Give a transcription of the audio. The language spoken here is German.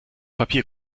papier